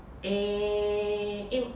eh